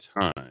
time